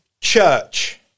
church